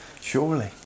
Surely